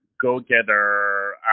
go-getter